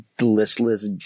listless